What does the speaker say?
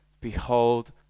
Behold